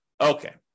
Okay